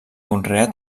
conreà